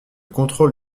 contrôle